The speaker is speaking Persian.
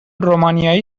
رومانیایی